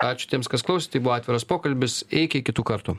ačiū tiems kas klausė tai buvo atviras pokalbis iki kitų kartų